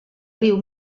riu